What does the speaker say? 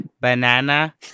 banana